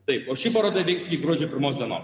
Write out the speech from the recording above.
taip o ši paroda veiks iki gruodžio pirmos dienos